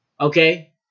okay